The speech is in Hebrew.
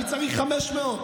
אני צריך 500,